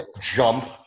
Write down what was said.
jump